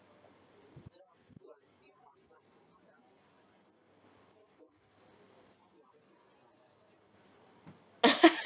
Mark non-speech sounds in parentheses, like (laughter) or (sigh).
(laughs)